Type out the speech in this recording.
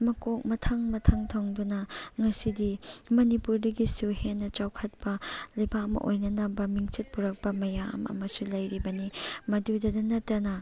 ꯃꯀꯣꯛ ꯃꯊꯪ ꯃꯊꯪ ꯊꯪꯗꯨꯅ ꯉꯁꯤꯗꯤ ꯃꯅꯤꯄꯨꯔꯗꯒꯤꯁꯨ ꯍꯦꯟ ꯆꯥꯎꯈꯠꯄ ꯂꯩꯕꯥꯛ ꯑꯃ ꯑꯣꯏꯅꯅꯕ ꯃꯤꯡꯆꯠ ꯄꯨꯔꯛꯄ ꯃꯌꯥꯝ ꯑꯃꯁꯨ ꯂꯩꯔꯤꯕꯅꯤ ꯃꯗꯨꯗꯇ ꯅꯠꯇꯅ